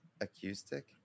Acoustic